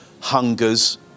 hungers